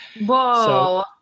Whoa